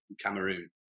Cameroon